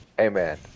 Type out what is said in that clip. Amen